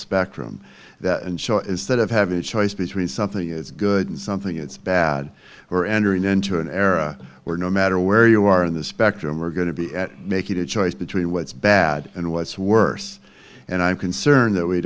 spectrum and show is that of having a choice between something is good and something that's bad or entering into an era where no matter where you are in the spectrum we're going to be making a choice between what's bad and what's worse and i'm concerned that we